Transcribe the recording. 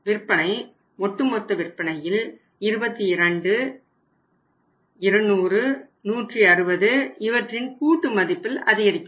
விற்பனை ஒட்டுமொத்த விற்பனையில் 22 200 160 இவற்றின் கூட்டு மதிப்பில் அதிகரிக்கும்